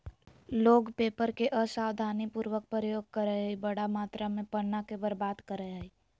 लोग पेपर के असावधानी पूर्वक प्रयोग करअ हई, बड़ा मात्रा में पन्ना के बर्बाद करअ हई